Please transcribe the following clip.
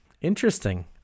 Interesting